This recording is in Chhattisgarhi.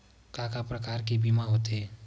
का का प्रकार के बीमा होथे?